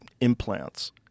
implants